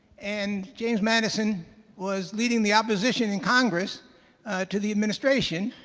and james madison was leading the opposition in congress to the administration